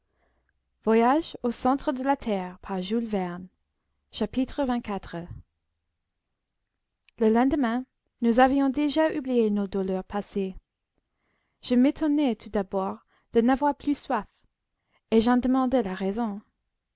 xxiv le lendemain nous avions déjà oublié nos douleurs passées je m'étonnai tout d'abord de n'avoir plus soif et j'en demandai la raison